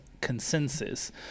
consensus